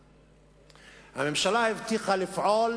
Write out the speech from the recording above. הממשלה הבטיחה לפעול